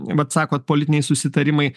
vat sakot politiniai susitarimai